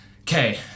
okay